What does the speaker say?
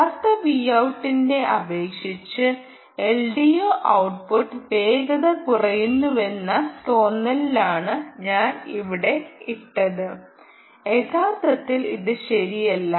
യഥാർത്ഥ Vout ട്ടിനെ അപേക്ഷിച്ച് എൽഡിഒ ഔട്ട്പുട്ട് വേഗത കുറയുന്നുവെന്ന തോന്നലാണ് ഞാൻ ഇവിടെ ഇട്ടത് യഥാർത്ഥത്തിൽ ഇത് ശരിയല്ല